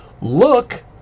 look